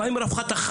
אבל מה עם רווחת החי,